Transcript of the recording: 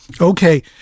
Okay